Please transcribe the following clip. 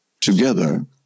together